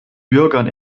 bürgern